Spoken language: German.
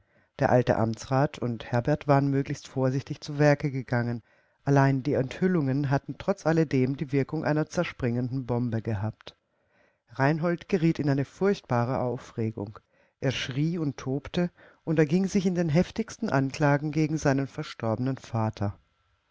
der alte amtsrat und herbert waren möglichst vorsichtig zu werke gegangen allein die enthüllungen hatten trotz alledem die wirkung einer zerspringenden bombe gehabt reinhold geriet in eine furchtbare aufregung er schrie und tobte und erging sich in den heftigsten anklagen gegen seinen verstorbenen vater